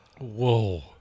Whoa